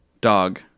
dog